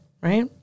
right